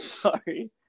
Sorry